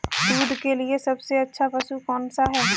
दूध के लिए सबसे अच्छा पशु कौनसा है?